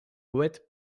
poètes